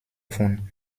von